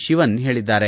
ಶಿವನ್ ಹೇಳಿದ್ದಾರೆ